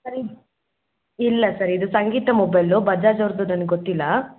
sir ಇದು ಇಲ್ಲ sir ಇದು ಸಂಗೀತ ಮೊಬೈಲು ಬಜಾಜ್ ಅವ್ರದ್ದು ನನಗೆ ಗೊತ್ತಿಲ್ಲ